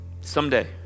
Someday